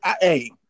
Hey